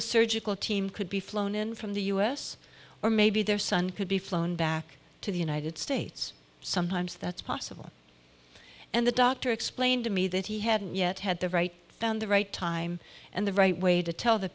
a surgical team could be flown in from the us or maybe their son could be flown back to the united states sometimes that's possible and the doctor explained to me that he hadn't yet had the right found the right time and the right way to tell the